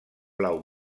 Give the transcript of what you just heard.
blau